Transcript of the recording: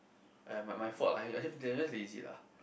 !aiya! but my fault are they're just lazy lah